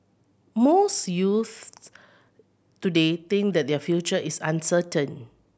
most youths today think that their future is uncertain